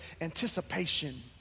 anticipation